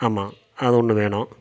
ஆமாம் அது ஒன்று வேணும்